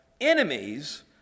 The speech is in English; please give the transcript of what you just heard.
enemies